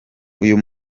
uyu